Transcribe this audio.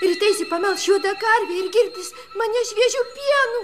rytais ji pamelš juodą karvę ir girdys mane šviežiu pienu